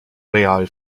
real